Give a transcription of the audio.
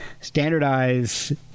standardize